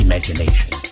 Imagination